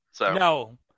No